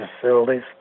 facilities